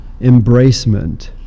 embracement